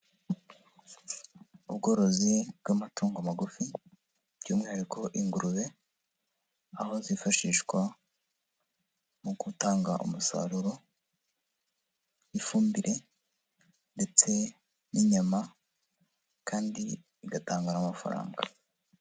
Ubworozi bw'amatungo magufi by'umwihariko ingurube, aho zifashishwa mu gutanga umusaruro, ifumbire ndetse n'inyama, kandi igatanga n'amafaranga.